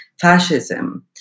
fascism